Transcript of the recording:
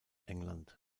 england